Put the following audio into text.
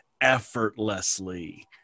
effortlessly